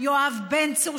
יואב בן צור,